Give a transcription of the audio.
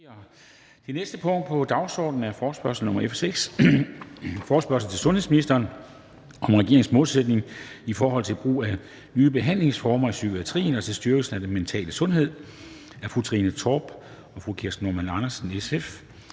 om forhandling 11.11.2021). 2) Forespørgsel nr. F 6: Forespørgsel til sundhedsministeren om regeringens målsætninger i forhold til brug af nye behandlingsformer i psykiatrien og til styrkelsen af den mentale sundhed. Af Trine Torp (SF) og Kirsten Normann Andersen (SF).